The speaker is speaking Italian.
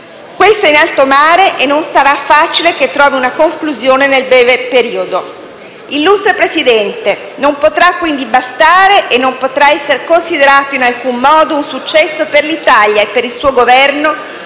è in alto mare e non sarà facile che si trovi una conclusione nel breve periodo. Illustre Presidente, non potrà quindi bastare, e non potrà essere considerato in alcun modo un successo per l'Italia e per il suo Governo,